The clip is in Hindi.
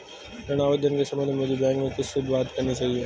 ऋण आवेदन के संबंध में मुझे बैंक में किससे बात करनी चाहिए?